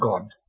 God